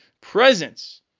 presence